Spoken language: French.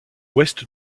ouest